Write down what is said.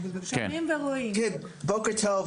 בוקר טוב,